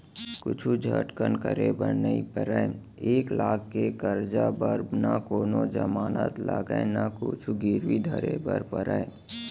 कुछु झंझट करे बर नइ परय, एक लाख के करजा बर न कोनों जमानत लागय न कुछु गिरवी धरे बर परय